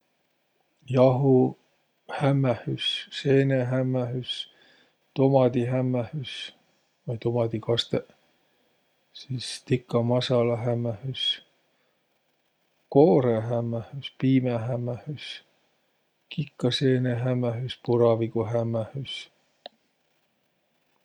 Jahuhämmähüs, seenehämmähüs, tomadihämmähüs vai tomadikastõq, sis tikka masala hämmähüs, koorõhämmähüs, piimähämmähüs, kikkaseenehämmähüs ja sis puraviguhämmähüs.